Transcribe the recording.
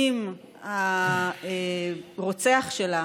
אם הרוצח שלה